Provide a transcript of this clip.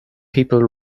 people